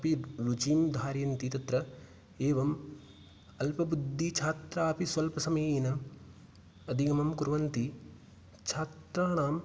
अपि रुचिं धारयन्ति तत्र एवम् अल्पबुद्धिच्छात्राः अपि स्वल्पसमयेन अधिगमं कुर्वन्ति छात्राणां